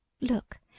Look